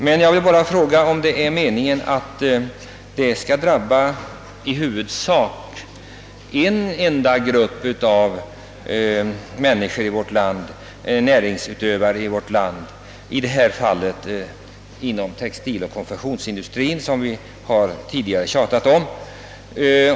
Men jag vill fråga om det är meningen att detta skall drabba i huvudsak en enda grupp av näringsutövare i vårt land, i detta fall textiloch konfektionsindustrin, som vi tidigare har berört.